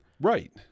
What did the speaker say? Right